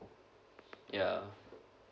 ya